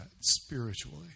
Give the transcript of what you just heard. spiritually